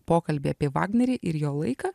pokalbį apie vagnerį ir jo laiką